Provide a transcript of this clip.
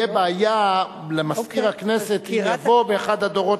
תהיה בעיה למזכיר הכנסת אם יבוא באחד הדורות